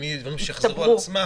אחרי שהדברים יצטברו.